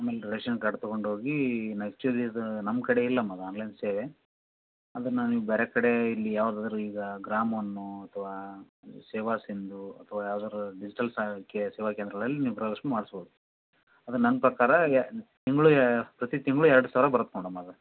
ಆಮೇಲೆ ration card ತಗೊಂಡು ಹೋಗಿ ಆ್ಯಕ್ಚುಲಿ ಇದು ನಮ್ಮ ಕಡೆ ಇಲ್ಲಮ್ಮ ಅದು ಆನ್ಲೈನ್ ಸೇವೆ ಅದನ್ನು ನೀವು ಬೇರೆ ಕಡೆ ಇಲ್ಲಿ ಯಾವ್ದಾದರೂ ಈಗ ಗ್ರಾಮ್ಒನ್ನೋ ಅಥವಾ ಸೇವಾಸಿಂಧು ಅಥವಾ ಯಾವ್ದಾದ್ರು ಡಿಜಿಟಲ್ ಸೇವಾಕೇಂದ್ರಗಳಲ್ಲಿ ನೀವು ಗೃಹಲಕ್ಷ್ಮಿ ಮಾಡ್ಸ್ಬೌದು ಅದು ನನ್ನ ಪ್ರಕಾರ ಈಗ ತಿಂಗಳಿಗೆ ಪ್ರತಿ ತಿಂಗಳು ಎರಡು ಸಾವಿರ ಬರುತ್ತೆ ನೋಡಮ್ಮ ಅದು